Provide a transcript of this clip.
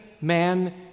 man